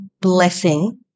blessing